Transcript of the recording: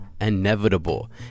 inevitable